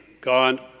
God